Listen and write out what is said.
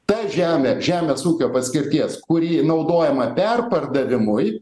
ta žemė žemės ūkio paskirties kuri naudojama perpardavimui